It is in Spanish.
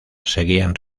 seguían